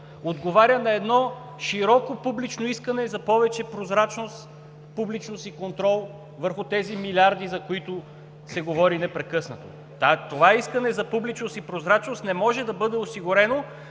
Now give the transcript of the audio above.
отговаря на едно широко публично искане за повече прозрачност, публичност и контрол върху тези милиарди, за които се говори непрекъснато. Това искане за публичност и прозрачност не може да бъде осигурено